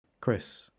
Chris